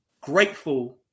grateful